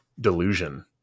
delusion